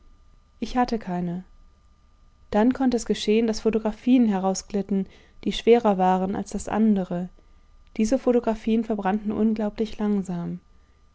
ich hatte keine dann konnte es geschehen daß photographien herausglitten die schwerer waren als das andere diese photographien verbrannten unglaublich langsam